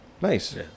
Nice